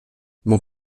mon